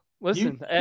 Listen